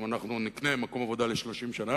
אם אנחנו נקנה למישהו מקום עבודה ל-30 שנה,